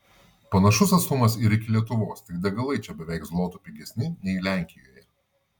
panašus atstumas ir iki lietuvos tik degalai čia beveik zlotu pigesni nei lenkijoje